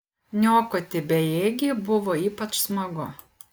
niokoti bejėgį buvo ypač smagu